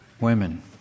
women